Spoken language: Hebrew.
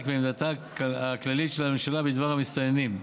מעמדתה הכללית של הממשלה בדבר המסתננים.